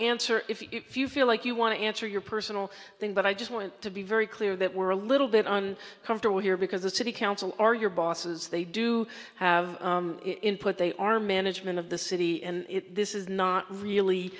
answer if you feel like you want to answer your personal thing but i just want to be very clear that we're a little bit on comfortable here because the city council are your bosses they do have input they are management of the city and this is not really